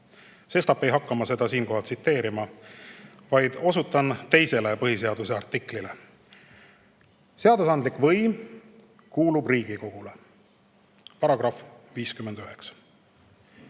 Sestap ei hakka ma seda siinkohal tsiteerima, vaid osutan teisele põhiseaduse artiklile: seadusandlik võim kuulub Riigikogule –§